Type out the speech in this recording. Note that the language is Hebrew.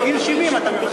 בגיל 70 אתה,